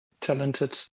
Talented